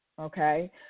okay